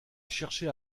cherchait